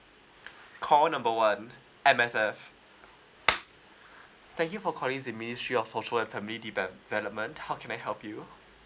call number one M_S_F thank you for calling the ministry of social and family deve~ development how can I help you